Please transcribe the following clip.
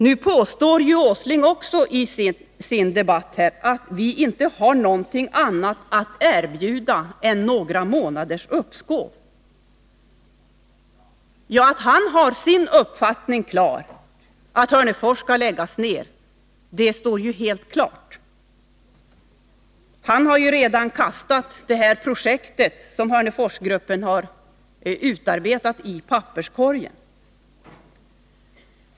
Nu påstår ju herr Åsling att vi inte har någonting annat att erbjuda än några månaders uppskov. Att han har sin uppfattning klar, att Hörnefors skall läggas ned, står ju helt klart. Han har ju redan kastat i papperskorgen det projekt som Hörneforsgruppen har utarbetat.